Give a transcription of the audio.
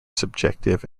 subjective